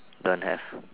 don't have